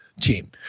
team